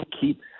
Keep